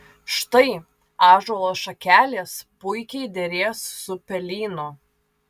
štai ąžuolo šakelės puikiai derės su pelyno